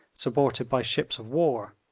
supported by ships of war,